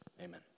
Amen